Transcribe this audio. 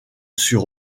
sur